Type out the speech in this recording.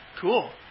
Cool